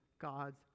God's